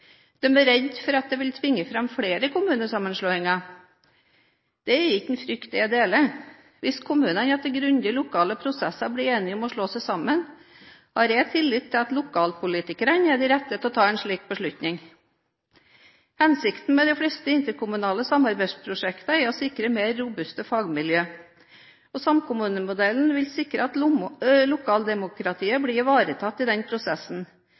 er redd for at det vil tvinge fram flere kommunesammenslåinger. Det er ikke en frykt jeg deler. Hvis kommunene etter grundige lokale prosesser blir enige om å slå seg sammen, har jeg tillit til at lokalpolitikerne er de rette til å ta en slik beslutning. Hensikten med de fleste interkommunale samarbeidsprosjektene er å sikre mer robuste fagmiljøer. Samkommunemodellen vil sikre at lokaldemokratiet blir ivaretatt i den prosessen,